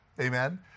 amen